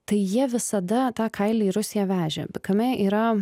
tai jie visada tą kailį į rusiją vežė kame yra